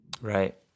Right